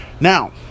Now